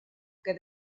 que